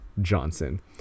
Johnson